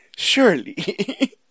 Surely